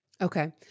Okay